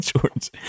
George